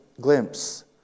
glimpse